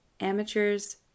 amateurs